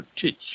teach